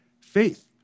faith